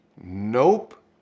nope